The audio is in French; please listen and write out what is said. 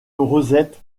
rosette